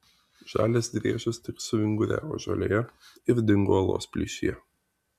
žalias driežas tik suvinguriavo žolėje ir dingo uolos plyšyje